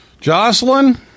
Jocelyn